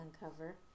uncover